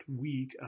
week